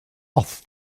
off